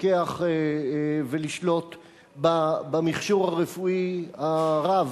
לפקח ולשלוט במכשור הרפואי הרב,